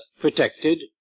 protected